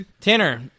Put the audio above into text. Tanner